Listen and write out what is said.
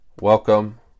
Welcome